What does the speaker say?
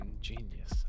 genius